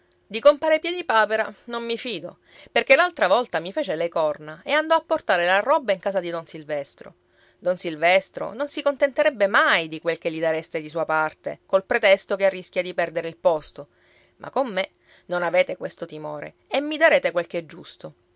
di compare piedipapera non mi fido perché l'altra volta mi fece le corna e andò a portare la roba in casa di don silvestro don silvestro non si contenterebbe mai di quel che gli dareste di sua parte col pretesto che arrischia di perdere il posto ma con me non avete questo timore e mi darete quel ch'è giusto